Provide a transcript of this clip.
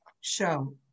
show